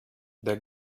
der